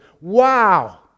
Wow